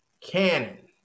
Cannon